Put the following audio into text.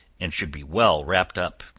and should be well wrapped up.